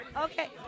Okay